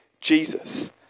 Jesus